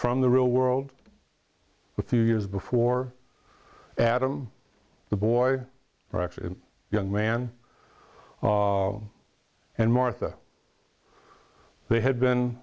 from the real world a few years before adam the boy young man and martha they had been